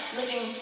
living